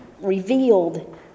revealed